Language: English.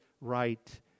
right